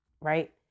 right